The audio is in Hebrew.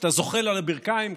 כשאתה זוחל על הברכיים,